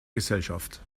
gesellschaft